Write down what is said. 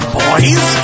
boys